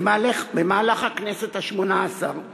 במהלך הכנסת השמונה-עשרה